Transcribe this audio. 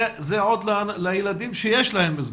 זה עוד לילדים שיש להם מסגרת.